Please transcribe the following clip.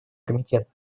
комитета